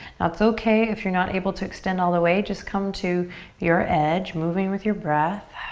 now it's okay if you're not able to extend all the way. just come to your edge, moving with your breath.